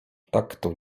takto